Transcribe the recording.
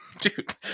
dude